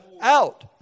out